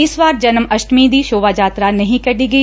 ਇਸ ਵਾਰ ਜਨਮ ਅਸ਼ਟਮੀ ਦੀ ਸ਼ੋਭਾ ਯਾਤਰਾ ਨਹੀਂ ਕੱਢੀ ਗਈ